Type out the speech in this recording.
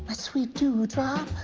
ah sweet dew drop.